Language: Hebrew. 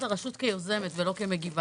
האחד, הרשות כיוזמת ולא כמגיבה.